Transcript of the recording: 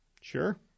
Sure